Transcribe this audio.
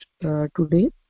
today